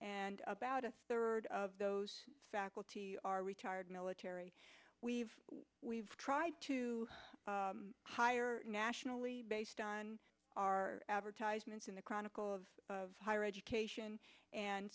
and about a third of those faculty are retired military we've we've tried to hire nationally based on our advertisements in the chronicle of higher education and